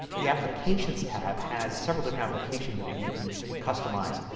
the applications tab has several different applications that and you can customize.